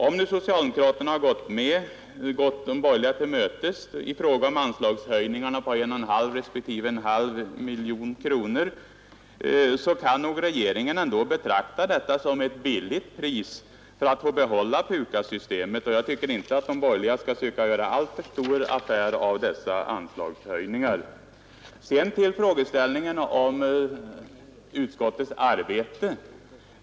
Om nu socialdemokraterna har gått de borgerliga till mötes i fråga om anslagshöjningarna på 1,5 miljoner kronor respektive 0,5 miljoner kronor, så kan nog regeringen ändå betrakta detta som ett billigt pris för att få behålla PUKAS-systemet. Jag tycker därför inte att de borgerliga skall söka göra alltför stor affär av dessa anslagshöjningar. Sedan till frågeställningen om utskottets arbete.